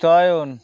চুন